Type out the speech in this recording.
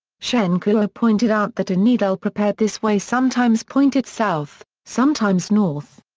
shen kuo pointed out that a needle prepared this way sometimes pointed south, sometimes north.